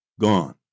gone